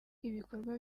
ibikorwa